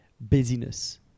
busyness